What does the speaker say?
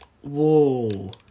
Whoa